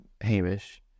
Hamish